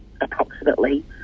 approximately